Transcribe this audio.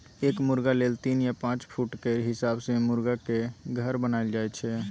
एक मुरगा लेल तीन या पाँच फुट केर हिसाब सँ मुरगाक घर बनाएल जाइ छै